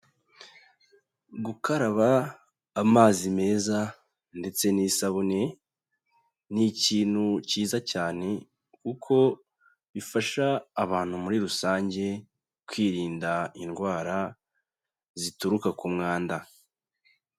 Gukaraba amazi meza ndetse n'isabune ni ikintu cyiza cyane, kuko bifasha abantu muri rusange kwirinda indwara zituruka ku mwanda.